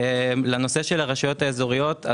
לנושא של הרשויות האזוריות,